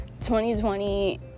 2020